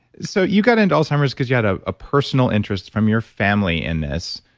so, you got into alzheimer's because you had a ah personal interest from your family in this.